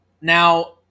Now